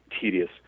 tedious